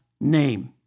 name